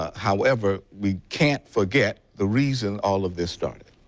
however, we can't forget the reason all of this started.